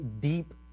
deep